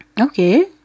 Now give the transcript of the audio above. Okay